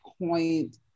point